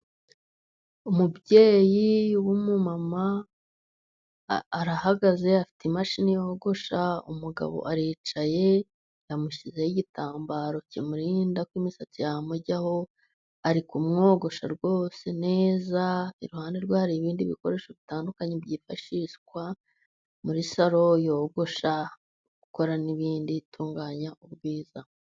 Umubyeyi w'umumama arahagaze afite imashini yogosha, umugabo aricaye amushyizeho igitambaro kimurinda ko imisatsi yamujyaho, ari kumwogosha rwose neza. Iruhande rwe hari ibindi bikoresho bitandukanye byifashishwa muri saro yogosha, ikora n'ibindi, itunganya ubwiza.